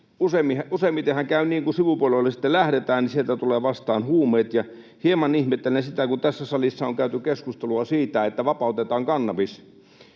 Useimmitenhan käy niin, että kun sivupoluille sitten lähdetään, niin sieltä tulevat vastaan huumeet. Hieman ihmettelen sitä, kun tässä salissa on käyty keskustelua siitä, että vapautetaan kannabis,